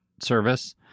service